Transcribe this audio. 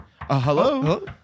Hello